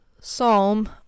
Psalm